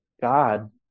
God